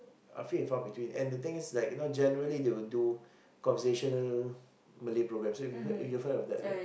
I feel in far between and the thing is you know right generally they'll do conversation Malay programme so you've you've heard of that right